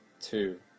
two